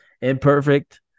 imperfect